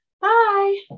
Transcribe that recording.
Bye